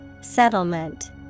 Settlement